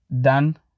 done